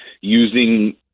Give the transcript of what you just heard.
using